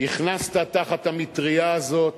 הכנסת תחת המטרייה הזאת,